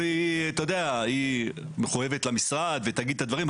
היא מחויבת למשרד והיא תגיד את הדברים.